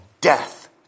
death